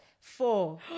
Four